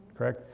correct?